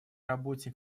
работе